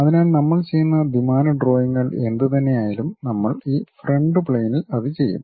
അതിനാൽ നമ്മൾ ചെയ്യുന്ന ദ്വിമാന ഡ്രോയിംഗുകൾ എന്തുതന്നെയായാലും നമ്മൾ ഈ ഫ്രണ്ട് പ്ലെയിനിൽ അത് ചെയ്യും